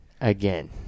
Again